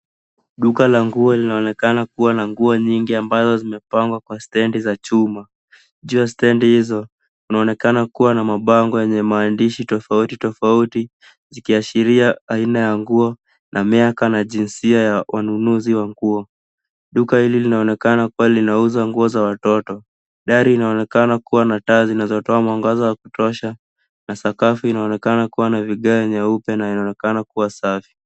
Duka la nguo linaonekana kuwa na nguo nyingi ambazo zimepangwa kwa stendi za chuma. Juu ya stendi hizo kunaonekana kuwa na mabango yenye maandishi tofauti tofauti zikiashiria aina ya nguo na miaka na jinsia ya wanunuzi wa nguo. Duka hili linaonekana kuwa linauza nguo za watoto. Dari inaonekana kuwa na taa zinazotoa mwangaza wa kutosha na sakafu inaonekana kuwa na vigae nyeupe inayoonekana kuwa safi.